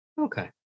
Okay